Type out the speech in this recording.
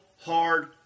hard